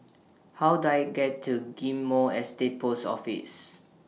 How Do I get to Ghim Moh Estate Post Office